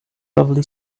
lovely